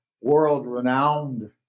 world-renowned